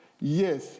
yes